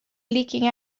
leaking